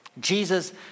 Jesus